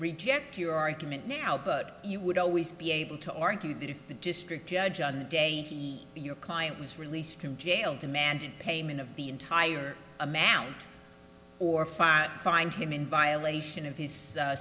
argument now but you would always be able to argue that if the district judge on the day he your client was released from jail demanded payment of the entire amount or file find him in violation of his